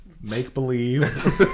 Make-believe